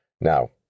Now